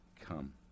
come